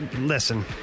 listen